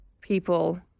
people